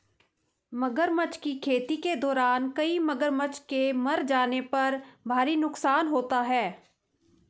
मगरमच्छ की खेती के दौरान कई मगरमच्छ के मर जाने पर भारी नुकसान होता है